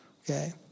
Okay